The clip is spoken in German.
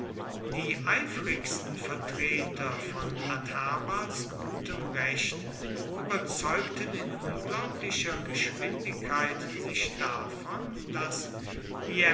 die eifrigsten vertreter von adherbals gutem recht überzeugten in unglaublicher geschwindigkeit sich davon daß